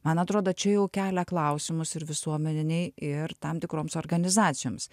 man atrodo čia jau kelia klausimus ir visuomenei ir tam tikroms organizacijoms